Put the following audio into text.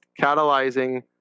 catalyzing